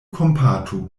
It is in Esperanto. kompatu